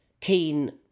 keen